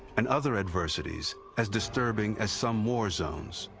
and other adversities as disturbing as some war zones.